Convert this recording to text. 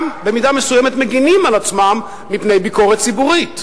גם במידה מסוימת מגינים על עצמם מפני ביקורת ציבורית?